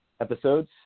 episodes